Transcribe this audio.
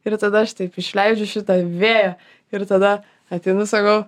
ir tada aš taip išleidžiu šitą vėją ir tada ateinu sakau